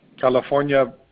California